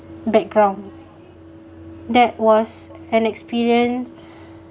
background that was an experience